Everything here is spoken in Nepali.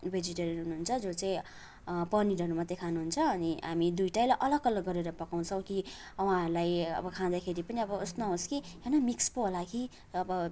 भेजिटेरियन हुनुहुन्छ जो चाहिँ पनिरहरू मात्रै खानुहुन्छ अनि हामी दुईवटैलाई अलग अलग गरेर पकाउँछौँ कि उहाँहरूलाई अब खाँदाखेरि पनि अब यस्तो नहोस् कि होइन मिक्स पो होला कि अब